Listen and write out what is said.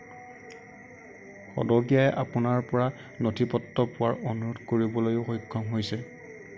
পদকীয়াই আপোনাৰ পৰা নথি পত্ৰ পোৱাৰ অনুৰোধ কৰিবলৈও সক্ষম হৈছে